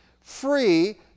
free